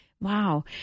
Wow